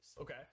Okay